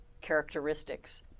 characteristics